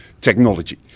technology